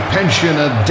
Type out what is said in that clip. Pensioner